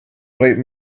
bright